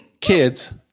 Kids